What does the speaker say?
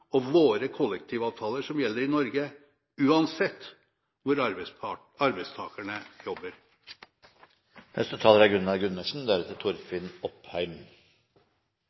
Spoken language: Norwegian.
og våre kollektivavtaler som gjelder i Norge, uansett hvor arbeidstakerne jobber. Det er